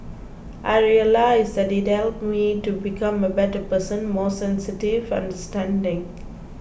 I realised that it helped me to become a better person more sensitive understanding